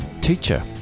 teacher